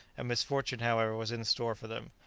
a misfortune, however, was in store for them.